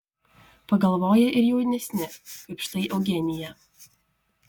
pagalvoja ir jaunesni kaip štai eugenija